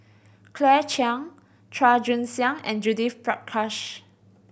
Claire Chiang Chua Joon Siang and Judith Prakash